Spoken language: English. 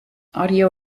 audio